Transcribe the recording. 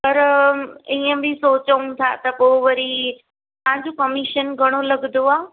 पर हीअं बि सोचूं था त पोइ वरी तव्हांजो कमिशन घणो लॻंदो आहे